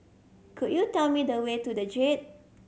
could you tell me the way to The Jade